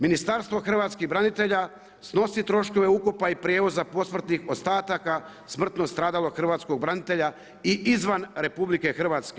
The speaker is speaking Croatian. Ministarstvo hrvatskih branitelja snosi troškove ukopa i prijevoza posmrtnih ostataka smrtno stradalog hrvatskog branitelja i izvan RH.